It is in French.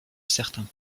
certains